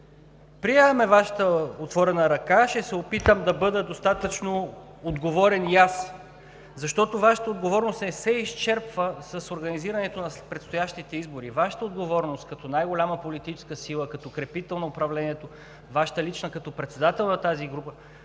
приемаме Вашата отворена ръка. Ще се опитам да бъда достатъчно отговорен и аз, защото Вашата отговорност не се изчерпва с организирането на предстоящите избори, Вашата отговорност като най-голяма политическа сила, като крепител на управлението. Вашата лична като председател на тази група